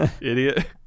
idiot